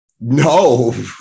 no